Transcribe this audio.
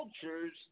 cultures